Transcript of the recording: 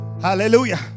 Hallelujah